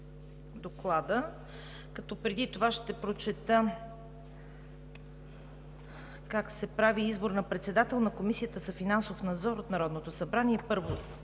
Доклада, ще прочета как се прави избор на председател на Комисията за финансов надзор от Народното събрание: „1.